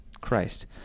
Christ